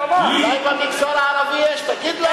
אולי במגזר הערבי יש, תגיד לנו.